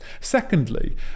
Secondly